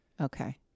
Okay